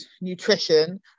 nutrition